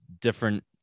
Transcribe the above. different